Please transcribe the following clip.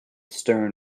stern